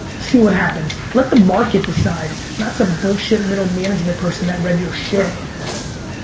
see what happens. let the market decide, not some bullshit middle management person that read your shit.